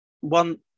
one